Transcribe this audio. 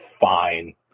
fine